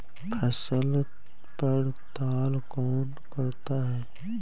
फसल पड़ताल कौन करता है?